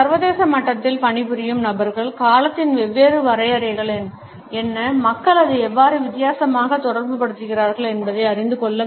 சர்வதேச மட்டத்தில் பணிபுரியும் நபர்கள் காலத்தின் வெவ்வேறு வரையறைகள் என்ன மக்கள் அதை எவ்வாறு வித்தியாசமாக தொடர்புபடுத்துகிறார்கள் என்பதை அறிந்து கொள்ள வேண்டும்